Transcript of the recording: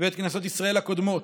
ואת כנסות ישראל הקודמות.